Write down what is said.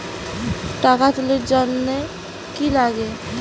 টাকা তুলির জন্যে কি লাগে?